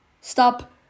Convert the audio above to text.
Stop